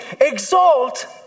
exalt